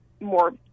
more